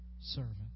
servant